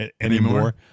anymore